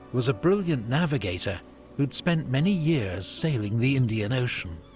was a brilliant navigator who'd spent many years sailing the indian ocean.